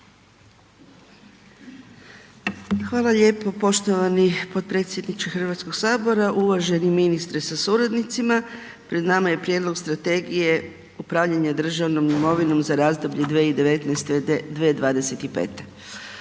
Hvala lijepo poštovani potpredsjedniče Hrvatskog sabora, uvaženi ministre sa suradnicima. Pred nama je Prijedlog strategije upravljanja državnom imovinom za razdoblje 2019./2025.